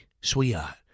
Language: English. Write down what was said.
sweetheart